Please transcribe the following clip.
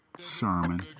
sermon